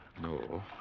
No